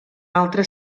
altre